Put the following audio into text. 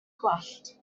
gwallt